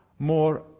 More